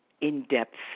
in-depth